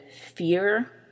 fear